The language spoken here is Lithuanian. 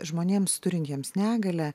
žmonėms turintiems negalią